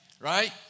right